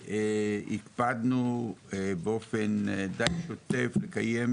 הקפדנו באופן די שוטף לקיים